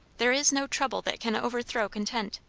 there is no trouble that can overthrow content.